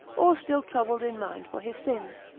or still troubled in mind for his sins,